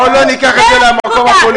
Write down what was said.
בואי לא ניקח את זה למקום הפוליטי.